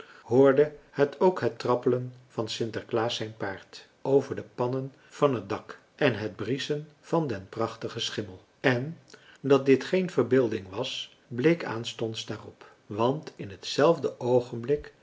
hoorde het ook het trappelen van sinterklaas zijn paard over de pannen van het dak en het brieschen van den prachtigen schimmel en dat dit geen verbeelding was bleek aanstonds daarop want in hetzelfde oogenblik